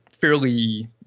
fairly